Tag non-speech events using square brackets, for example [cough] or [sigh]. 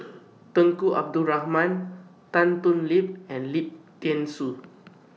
[noise] Tunku Abdul Rahman Tan Thoon Lip and Lim Thean Soo